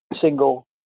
single